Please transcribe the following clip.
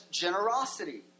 generosity